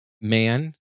man